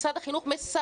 משרד החינוך מסרב.